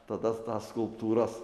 tada tas skulptūras